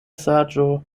saĝo